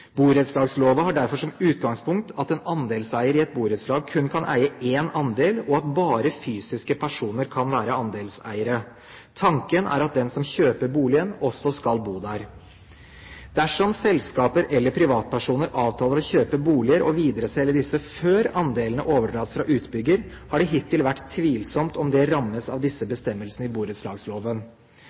Burettslagslova har derfor som utgangspunkt at en andelseier i et borettslag kun kan eie én andel, og at bare fysiske personer kan være andelseiere. Tanken er at den som kjøper boligen, også skal bo der. Dersom selskaper eller privatpersoner avtaler å kjøpe boliger og videreselge disse før andelene overdras fra utbygger, har det hittil vært tvilsomt om det rammes av disse bestemmelsene i